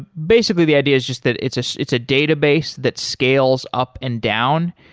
basically, the idea is just that it's it's it's a database that scales up and down,